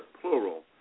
plural